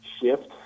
shift